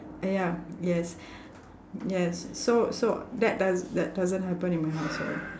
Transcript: uh ya yes yes so so that does~ that doesn't happen in my household